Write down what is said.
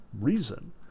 reason